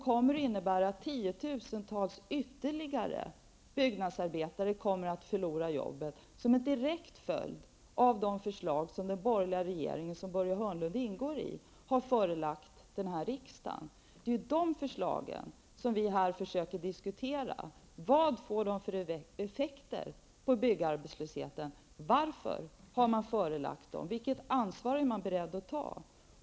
Ytterligare tiotusentals byggnadsarbetare kommer att förlora jobbet som en direkt följd av de förslag som den borgerliga regeringen, som Börje Hörnlund ingår i, har förelagt riksdagen. Vad vi här försöker diskutera är vilka effekter de förslagen får på byggarbetslösheten. Varför har man lagt fram dem för riksdagen? Vilket ansvar är man beredd att ta?